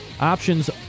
Options